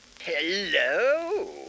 Hello